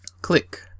Click